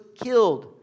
killed